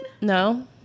No